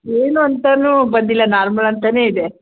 ಏನು ಅಂತನು ಬಂದಿಲ್ಲ ನಾರ್ಮಲ್ ಅಂತ ಇದೆ